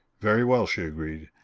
very well, she agreed.